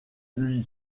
lui